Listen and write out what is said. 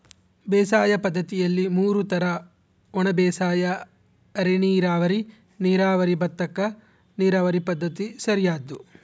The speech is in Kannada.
ಬೇಸಾಯ ಪದ್ದತಿಯಲ್ಲಿ ಮೂರು ತರ ಒಣಬೇಸಾಯ ಅರೆನೀರಾವರಿ ನೀರಾವರಿ ಭತ್ತಕ್ಕ ನೀರಾವರಿ ಪದ್ಧತಿ ಸರಿಯಾದ್ದು